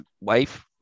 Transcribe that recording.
wife